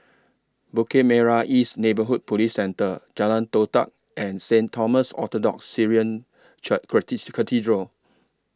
Bukit Merah East Neighbourhood Police Centre Jalan Todak and Saint Thomas Orthodox Syrian Cathedral